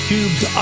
Cubes